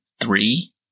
three